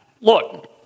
look